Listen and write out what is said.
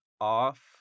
off